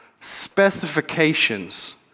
specifications